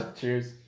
Cheers